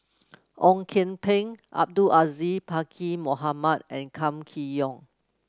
Ong Kian Peng Abdul Aziz Pakkeer Mohamed and Kam Kee Yong